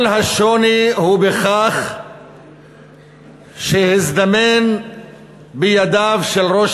כל השוני הוא בכך שהזדמן בידיו של ראש